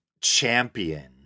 champion